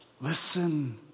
Listen